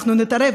אנחנו נתערב,